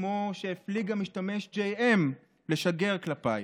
כמו שהפליג המשתמש J.M. לשגר כלפיי: